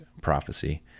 prophecy